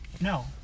No